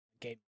game